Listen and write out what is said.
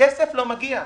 כסף לא מגיע.